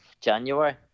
January